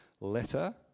letter